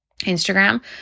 Instagram